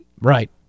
Right